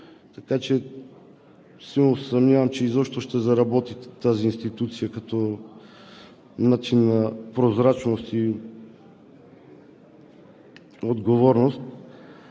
така че силно се съмнявам, че изобщо ще заработи тази институция като начин на прозрачност и отговорност.